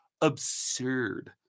absurd